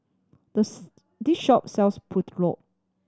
the this shop sells Pulao